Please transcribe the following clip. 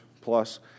plus